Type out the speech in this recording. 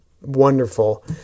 wonderful